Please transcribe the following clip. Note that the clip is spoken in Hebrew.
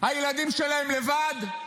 הילדים שלהם לבד?